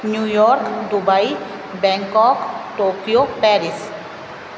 New York Dubai Bangkok Tokyo Paris